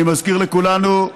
אני מזכיר לכולנו: